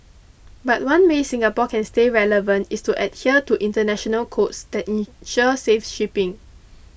but one way Singapore can stay relevant is to adhere to international codes that ensure safe shipping